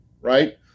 right